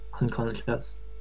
unconscious